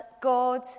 God